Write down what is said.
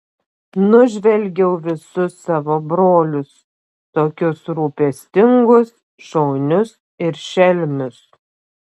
nužvelgiau visus savo brolius tokius rūpestingus šaunius ir šelmius